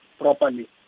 properly